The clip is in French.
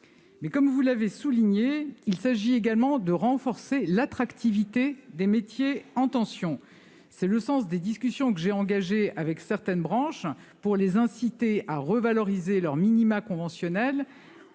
Comme vous l'avez signalé, il convient également de renforcer l'attractivité des métiers en tension. C'est le sens des discussions que j'ai engagées avec certaines branches pour les inciter à revaloriser leur minima conventionnels